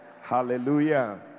Hallelujah